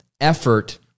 effort